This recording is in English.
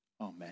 Amen